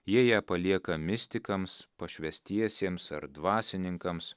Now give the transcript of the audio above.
jie ją palieka mistikams pašvęstiesiems ar dvasininkams